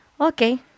okay